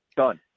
done